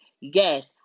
Yes